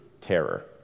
terror